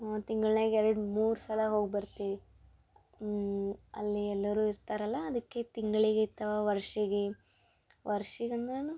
ಹ್ಞೂ ತಿಂಗಳ್ನ್ಯಾಗ ಎರಡು ಮೂರು ಸಲ ಹೋಗಿ ಬರ್ತೀವಿ ಅಲ್ಲಿ ಎಲ್ಲರೂ ಇರ್ತಾರಲ್ಲ ಅದಕ್ಕೆ ತಿಂಗಳಿಗೆ ಅಥವಾ ವರ್ಷಗೆ ವರ್ಷಿಗಂದ್ರೂ